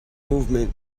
movement